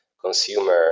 consumer